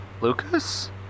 Lucas